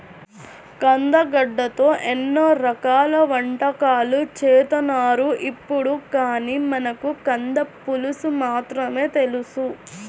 కందగడ్డతో ఎన్నో రకాల వంటకాలు చేత్తన్నారు ఇప్పుడు, కానీ మనకు కంద పులుసు మాత్రమే తెలుసు